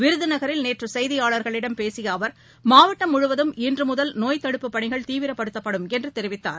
விருதுநகரில் நேற்றுசெய்தியாளர்களிடம் பேசியஅவர் மாவட்டம் முழுவதும் இன்றுமுதல் நோய்த்தடுப்புப் பணிகள் தீவிரப்படுத்தப்படும் என்றுதெரிவித்தார்